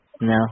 No